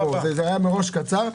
זה היה מראש קצר.